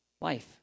life